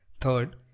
Third